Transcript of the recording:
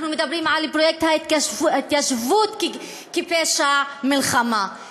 אנחנו מדברים על פרויקט ההתיישבות כפשע מלחמה.